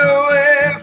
away